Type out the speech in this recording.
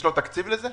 יש לו תקציב לזה?